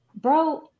Bro